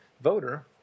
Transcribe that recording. voter